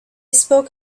spoke